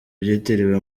byitiriwe